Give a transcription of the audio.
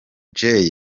jay